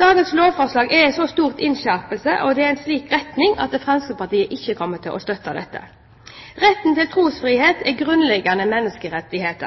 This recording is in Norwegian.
Dagens lovforslag er en så stor innskjerpelse og i en slik retning at Fremskrittspartiet ikke kommer til å støtte dette. Retten til trosfrihet er en grunnleggende menneskerettighet.